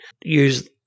use